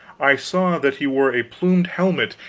i saw that he wore a plumed helmet,